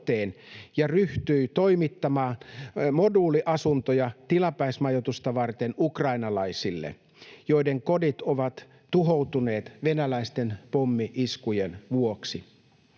ja ryhtyi toimittamaan moduuliasuntoja tilapäismajoitusta varten ukrainalaisille, joiden kodit ovat tuhoutuneet venäläisten pommi-iskujen vuoksi.